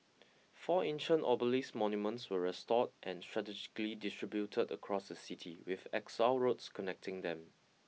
four ancient obelisk monuments were restored and strategically distributed across the city with axial roads connecting them